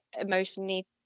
emotionally